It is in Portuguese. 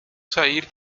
sair